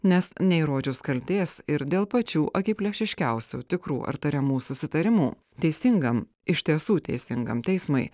nes neįrodžius kaltės ir dėl pačių akiplėšiškiausių tikrų ar tariamų susitarimų teisingam iš tiesų teisingam teismui